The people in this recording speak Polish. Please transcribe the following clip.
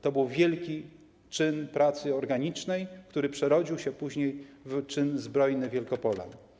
To był wielki czyn pracy organicznej, który przerodził się później w czyn zbrojny Wielkopolan.